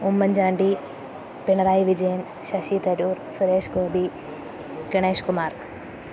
Oommen Chandy Pinarayi Vijayan Shashi Tharoor Suresh Gopi Ganesh Kumar